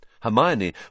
Hermione